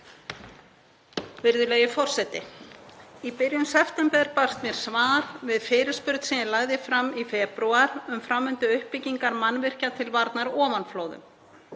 Virðulegi forseti. Í byrjun september barst mér svar við fyrirspurn sem ég lagði fram í febrúar um framvindu uppbyggingar mannvirkja til varnar ofanflóðum.